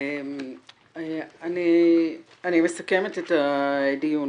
אני מסכמת את הדיון.